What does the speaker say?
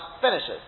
finishes